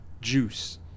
Juice